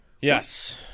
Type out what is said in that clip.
yes